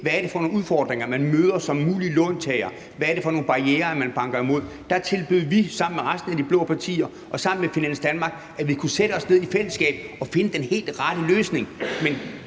hvad det er for nogle udfordringer, man møder som mulig låntager, og hvad det er for nogle barrierer, man banker imod. Der tilbød vi sammen med resten af de blå partier og sammen med Finans Danmark, at vi kunne sætte os ned i fællesskab og finde den helt rette løsning.